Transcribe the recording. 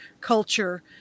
culture